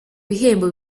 bihembo